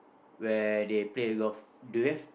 where they play golf do you have